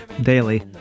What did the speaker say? daily